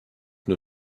nur